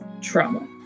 trauma